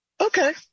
Okay